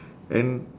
and